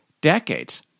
decades